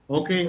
אוקי,